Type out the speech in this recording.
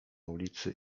ulicy